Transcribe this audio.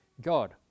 God